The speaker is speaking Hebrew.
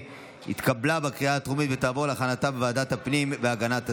התקבלה בקריאה הטרומית ותעבור להכנתה בוועדת הפנים והגנת הסביבה.